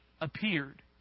appeared